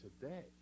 today